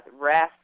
rest